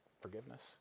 forgiveness